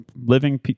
living